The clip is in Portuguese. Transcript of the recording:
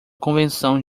convenção